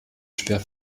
schwer